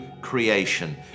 creation